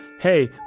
Hey